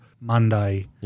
Monday